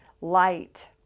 light